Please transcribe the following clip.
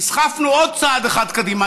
נסחפנו עוד צעד אחד קדימה.